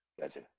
Gotcha